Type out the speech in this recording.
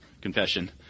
confession